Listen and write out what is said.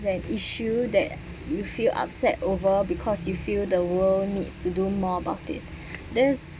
an issue that you feel upset over because you feel the world needs to do more about it this